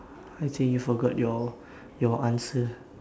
I think you forgot your your answer